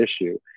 issue